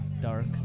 dark